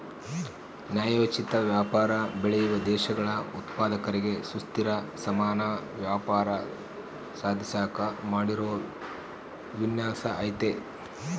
ನ್ಯಾಯೋಚಿತ ವ್ಯಾಪಾರ ಬೆಳೆಯುವ ದೇಶಗಳ ಉತ್ಪಾದಕರಿಗೆ ಸುಸ್ಥಿರ ಸಮಾನ ವ್ಯಾಪಾರ ಸಾಧಿಸಾಕ ಮಾಡಿರೋ ವಿನ್ಯಾಸ ಐತೆ